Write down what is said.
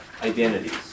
identities